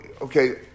okay